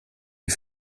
die